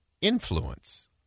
influence